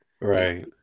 Right